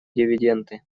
дивиденды